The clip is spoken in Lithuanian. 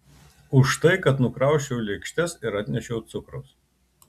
už tai kad nukrausčiau lėkštes ir atnešiau cukraus